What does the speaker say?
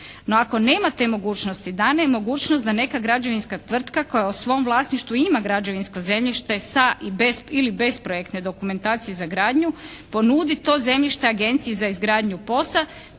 No, ako nema te mogućnosti dana je mogućnost da neka građevinska tvrtka koja u svom vlasništvu ima građevinsko zemljište sa ili bez projekte dokumentacije za gradnju, ponudi to zemljište agenciji za izgradnju POS-a